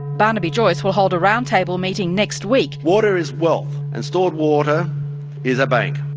barnaby joyce will hold a roundtable meeting next week. water is wealth, and stored water is a bank.